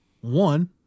one